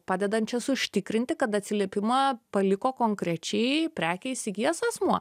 padedančias užtikrinti kad atsiliepimą paliko konkrečiai prekę įsigijęs asmuo